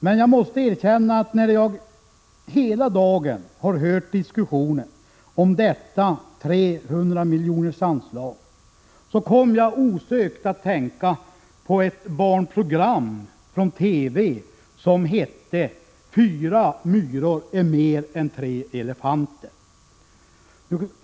Men jag måste erkänna att medan jag under hela dagen hörde diskussionen om detta anslag på 300 milj.kr. kom jag osökt att tänka på ett barnprogram från TV som heter Fyra myror är mer än tre elefanter.